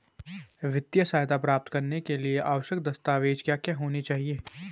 वित्तीय सहायता प्राप्त करने के लिए आवश्यक दस्तावेज क्या क्या होनी चाहिए?